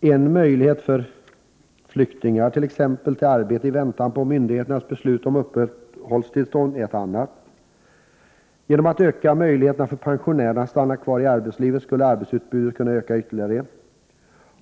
En möjlighet för flyktingar till arbete i väntan på myndigheternas beslut om uppehållstillstånd är ett annat. Genom att öka möjligheterna för pensionärer att stanna kvar i arbetslivet skulle arbetsutbudet kunna öka ytterligare.